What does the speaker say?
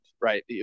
right